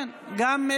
כן, גם,